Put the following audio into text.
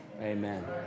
Amen